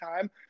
time